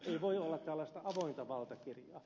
ei voi olla tällaista avointa valtakirjaa